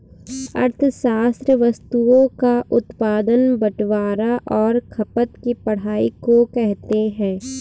अर्थशास्त्र वस्तुओं का उत्पादन बटवारां और खपत की पढ़ाई को कहते हैं